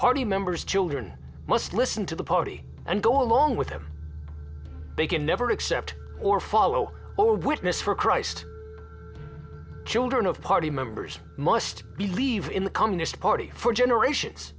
party members children must listen to the party and go along with them they can never accept or follow or witness for christ children of party members must believe in the communist party for generations